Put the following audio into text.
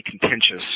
contentious